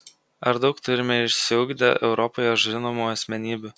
ar daug turime išsiugdę europoje žinomų asmenybių